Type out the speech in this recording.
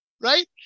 right